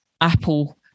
apple